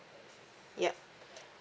ya